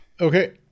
Okay